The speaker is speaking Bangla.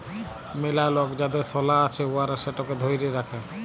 ম্যালা লক যাদের সলা আছে উয়ারা সেটকে ধ্যইরে রাখে